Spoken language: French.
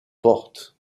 portes